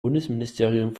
bundesministerium